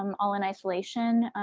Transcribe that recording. um all in isolation,